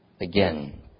again